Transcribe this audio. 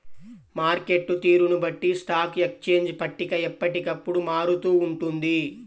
market తీరును బట్టి stock exchange పట్టిక ఎప్పటికప్పుడు మారుతూ ఉంటుంది